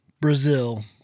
Brazil